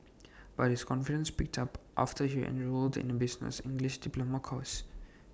but his confidence picked up after he enrolled in A business English diploma course